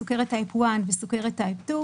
סוכרת מסוג 1 וסוכרת מסוג 2,